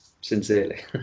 sincerely